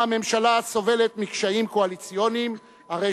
אם הממשלה סובלת מקשיים קואליציוניים הרי